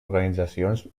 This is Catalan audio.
organitzacions